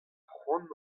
cʼhoant